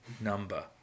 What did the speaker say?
number